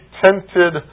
tented